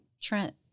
Trent